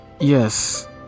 Yes